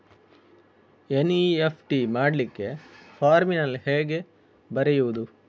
NEFT ಮಾಡ್ಲಿಕ್ಕೆ ಫಾರ್ಮಿನಲ್ಲಿ ಹೇಗೆ ಬರೆಯುವುದು?